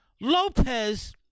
Lopez